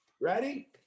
Ready